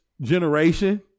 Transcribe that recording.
generation